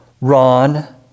Ron